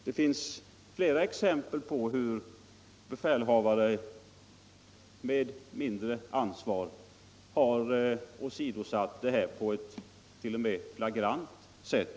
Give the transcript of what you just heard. Det finns flera exempel på hur befälhavare med mindre utvecklad ansvarskänsla har åsidosatt reglerna, på ett flagrant sätt.